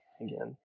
again